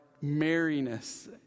merriness